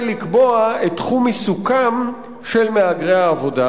לקבוע את תחום עיסוקם של מהגרי העבודה,